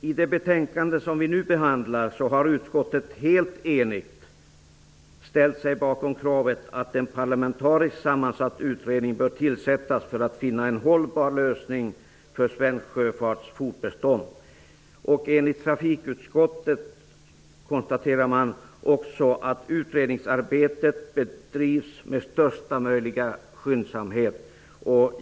I det betänkande som vi nu behandlar har uskottet ställt sig helt enigt bakom kravet att en parlamentariskt sammansatt utredning bör tillsättas för att finna en hållbar lösning för svensk sjöfarts fortbestånd. Trafikutskottet konstaterar att utredningsarbetet skall bedrivas med största möjliga skyndsamhet.